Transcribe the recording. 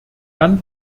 dann